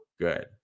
good